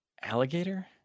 alligator